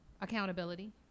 accountability